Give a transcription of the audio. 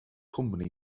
cwmni